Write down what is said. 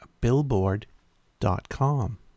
Billboard.com